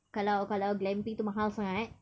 kalau kalau glamping tu mahal sangat